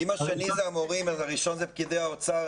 אם השני זה המורים אז הראשון זה פקידי האוצר,